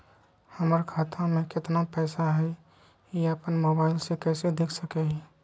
हमर खाता में केतना पैसा हई, ई अपन मोबाईल में कैसे देख सके हियई?